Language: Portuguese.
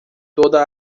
toda